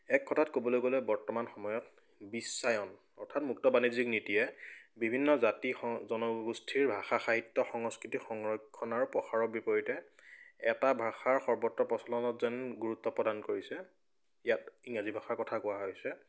এক কথাত ক'বলৈ গ'লে বৰ্তমান সময়ত বিশ্বায়ন অৰ্থাৎ মুক্ত বাণিজ্যিক নীতিয়ে বিভিন্ন জাতি স জনগোষ্ঠীৰ ভাষা সাহিত্য সংস্কৃতিক সংৰক্ষণ আৰু প্ৰসাৰৰ বিপৰীতে এটা ভাষাৰ সৰ্বত্ৰ প্ৰচলনত যেন গুৰুত্ব প্ৰদান কৰিছে ইয়াত ইংৰাজী ভাষাৰ কথা কোৱা হৈছে